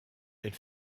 elle